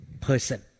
person